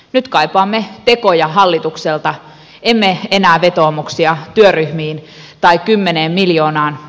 nyt kaipaamme tekoja hallitukselta emme enää vetoomuksia työryhmiin tai kymmeneen miljoonaan